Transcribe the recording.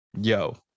yo